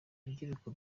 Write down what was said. rubyiruko